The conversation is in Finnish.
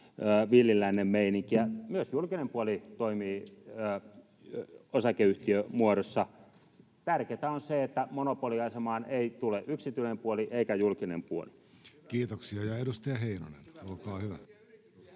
villin lännen meininkiä. Myös julkinen puoli toimii osakeyhtiömuodossa. Tärkeätä on se, että monopoliasemaan ei tule yksityinen puoli eikä julkinen puoli. Kiitoksia. — Edustaja Heinonen, olkaa hyvä.